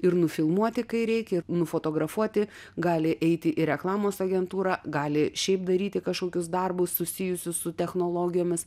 ir nufilmuoti kai reikia nufotografuoti gali eiti į reklamos agentūrą gali šiaip daryti kažkokius darbus susijusius su technologijomis